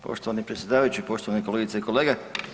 Poštovani predsjedavajući, poštovani kolegice i kolege.